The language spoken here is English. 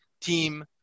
team